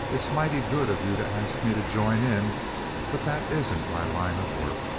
it's mighty good of you to ask me to join in but that isn't my line of work.